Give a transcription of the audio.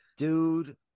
Dude